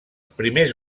primers